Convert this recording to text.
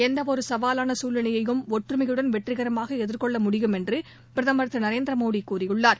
எந்த ஒரு சவாலான சூழ்நிலையையும் ஒற்றுமையுடன் வெற்றிகரமாக எதிர்கொள்ள முடியும் என்று பிரதமர் திரு நரேந்திரமோடி கூறியுள்ளார்